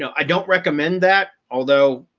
don't don't recommend that although,